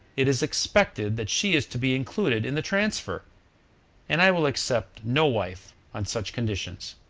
it is expected that she is to be included in the transfer and i will accept no wife on such conditions.